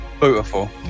beautiful